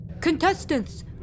Contestants